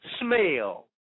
smell